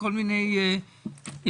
כל מיני אורחים,